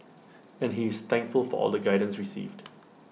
and he is thankful for all the guidance received